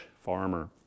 farmer